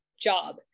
job